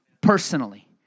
personally